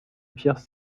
pierres